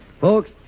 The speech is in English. Folks